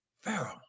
Pharaoh